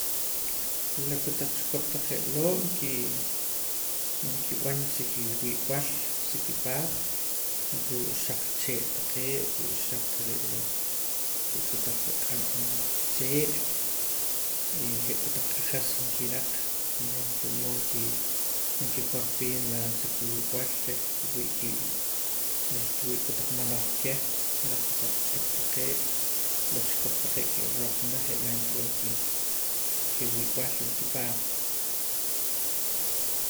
La kotaq chikop taqee' loo' nkii nkib'an sa kiwiib'al sa kipaat ruu' xaq chee' taqee' ruu' xaq re'e ruu' kotaq q'ab' chee' y je' kotaq q'ajas nkiraq reh wul moo nki nkikorpiim la sa kiwiib'al reh kiwii' kii reh kiwii' kotaq maloj reh la kotaq ch'ip taqee' la chikop taqee' kirupana je' laa' nkib'an ki kiwiib'al la kipaat